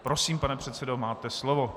Prosím, pane předsedo, máte slovo.